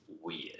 weird